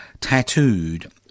Tattooed